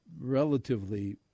relatively